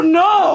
no